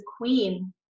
queen